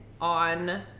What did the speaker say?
on